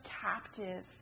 captive